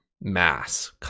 mass